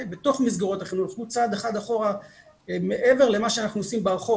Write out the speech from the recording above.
בתוך מסגרות החינוך לקחו צעד אחד אחורה מעבר למה שאנחנו עושים ברחוב,